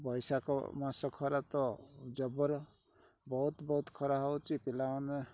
ବୈଶାଖ ମାସ ଖରା ତ ଜବର ବହୁତ ବହୁତ ଖରା ହେଉଛି ପିଲାମାନେ